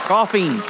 Coffee